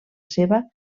seva